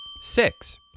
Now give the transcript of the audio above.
six